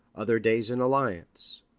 other days in alliance.